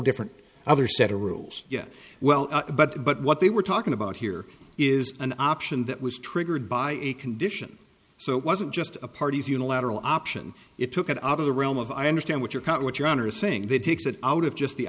different other set of rules yes well but but what they were talking about here is an option that was triggered by a condition so it wasn't just a party's unilateral option it took it out of the realm of i understand what your cut what your honor is saying that takes it out of just the